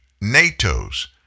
NATO's